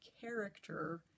character